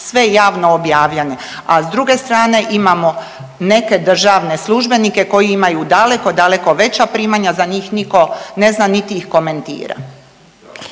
sve javno objavljane. A s druge strane imamo neke državne službenike koji imaju daleko, daleko veća primanja, za njih niko ne zna niti ih komentira.